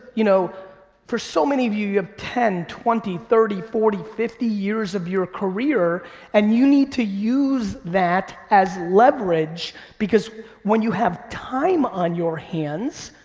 you know for so many of you, you have ten, twenty, thirty, forty, fifty years of your career and you need to use that as leverage because when you have time on your hands,